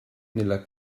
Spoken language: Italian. nella